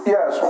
Yes